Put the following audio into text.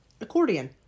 accordion